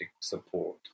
support